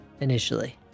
initially